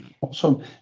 Awesome